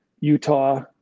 Utah